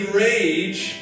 rage